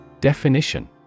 Definition